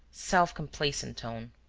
self-complacent tone,